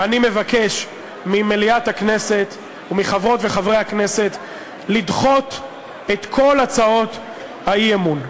אני מבקש ממליאת הכנסת ומחברות וחברי הכנסת לדחות את כל הצעות האי-אמון.